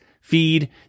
feed